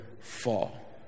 fall